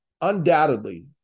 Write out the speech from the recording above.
undoubtedly